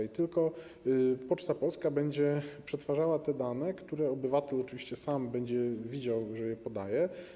I tylko Poczta Polska będzie przetwarzała te dane, które obywatel oczywiście sam będzie widział, że je podaje.